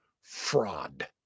Fraud